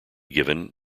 given